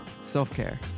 self-care